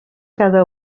cada